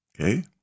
okay